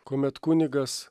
kuomet kunigas